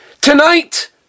tonight